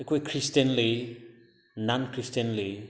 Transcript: ꯑꯩꯈꯣꯏ ꯈ꯭ꯔꯤꯁꯇꯤꯌꯟ ꯂꯩ ꯅꯟ ꯈ꯭ꯔꯤꯁꯇꯤꯌꯟ ꯂꯩ